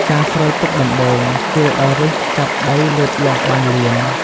ការស្រោចទឹកដំបូងជួយឲ្យឫសចាប់ដីលូតលាស់បានលឿន។